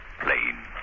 plane